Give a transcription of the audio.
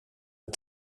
ett